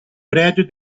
bred